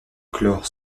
chlore